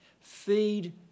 feed